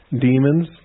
demons